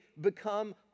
become